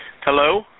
Hello